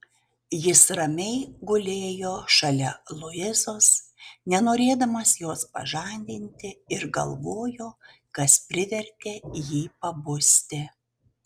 jis ramiai gulėjo šalia luizos nenorėdamas jos pažadinti ir galvojo kas privertė jį pabusti